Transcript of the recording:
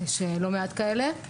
יש לא מעט כאלה.